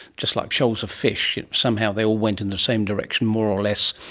just like shoals of fish, somehow they all went in the same direction more or less.